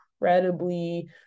incredibly